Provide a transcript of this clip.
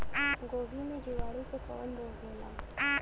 गोभी में जीवाणु से कवन रोग होला?